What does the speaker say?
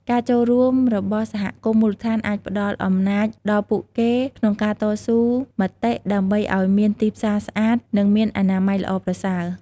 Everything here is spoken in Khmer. ការចូលរួមរបស់សហគមន៍មូលដ្ឋានអាចផ្តល់អំណាចដល់ពួកគេក្នុងការតស៊ូមតិដើម្បីឲ្យមានទីផ្សារស្អាត និងមានអនាម័យល្អប្រសើរ។